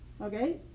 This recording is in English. okay